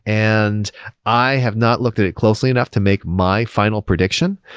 and i have not looked at it closely enough to make my final prediction,